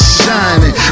shining